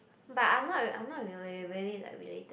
but I'm not really I'm not really really like related